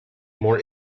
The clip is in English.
more